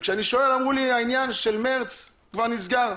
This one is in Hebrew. וכשאני שואל, אמרו לי, העניין של מרץ כבר נסגר.